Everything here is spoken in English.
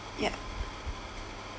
yup